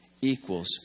equals